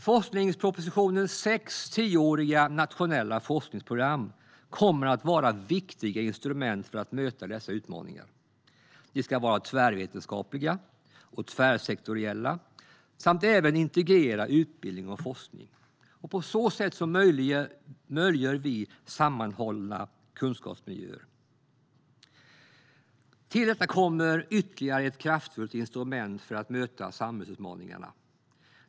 Forskningspropositionens sex tioåriga nationella forskningsprogram kommer att vara viktiga instrument för att möta dessa utmaningar. De ska vara tvärvetenskapliga och tvärsektoriella samt integrera utbildning och forskning. På så sätt möjliggör vi sammanhållna kunskapsmiljöer. Till detta kommer ytterligare ett kraftfullt instrument för att möta samhällsutmaningarna.